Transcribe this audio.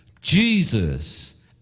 Jesus